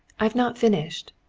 i've not finished.